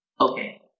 Okay